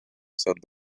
said